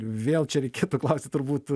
vėl čia reikėtų klausti turbūt